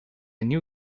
new